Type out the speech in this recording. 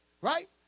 Right